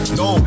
no